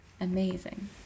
Amazing